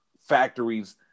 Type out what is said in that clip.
factories